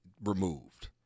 removed